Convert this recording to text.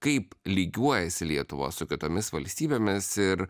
kaip lygiuojasi lietuva su kitomis valstybėmis ir